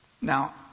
Now